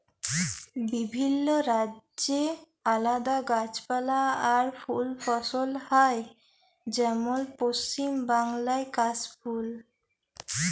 বিভিল্য রাজ্যে আলাদা গাছপালা আর ফুল ফসল হ্যয় যেমল পশ্চিম বাংলায় কাশ ফুল